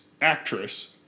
Actress